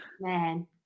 Man